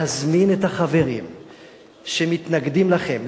להזמין את החברים שמתנגדים לכם,